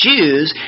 Jews